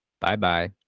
bye-bye